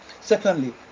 Secondly